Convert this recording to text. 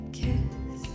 kiss